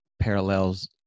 parallels